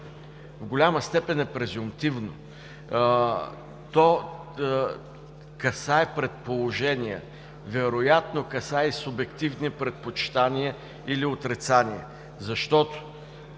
в голяма степен е презумптивно. То касае предположения. Вероятно касае и субективни предпочитания или отрицания, защото